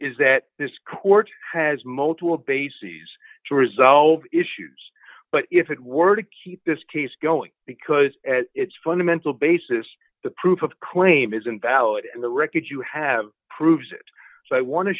is that this court has multiple bases to resolve issues but if it were to keep this case going because its fundamental basis the proof of claim is invalid the record you have proves it so i want to